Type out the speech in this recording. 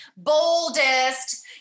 boldest